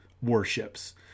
warships